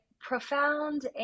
profound